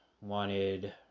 wanted